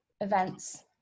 events